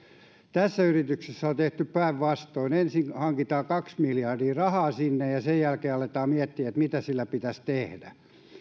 tässä yrityksessä on tehty päinvastoin ensin hankitaan kaksi miljardia rahaa sinne ja sen jälkeen aletaan miettiä mitä sillä pitäisi tehdä